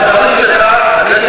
כשהחברים שלך, מאה אחוז.